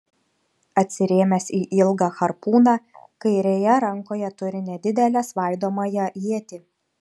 atsirėmęs į ilgą harpūną kairėje rankoje turi nedidelę svaidomąją ietį